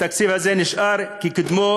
התקציב הזה נשאר כקודמו,